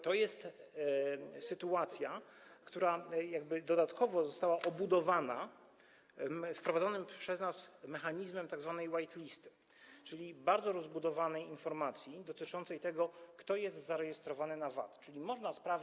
To jest sytuacja, która dodatkowo została obudowana wprowadzonym przez nas mechanizmem tzw. white listy, czyli bardzo rozbudowanej informacji dotyczącej tego, kto jest zarejestrowanym podatnikiem VAT.